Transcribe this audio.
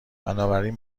بنابراین